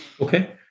Okay